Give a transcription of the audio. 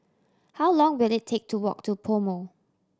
how long will it take to walk to PoMo